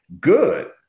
good